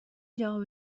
جواب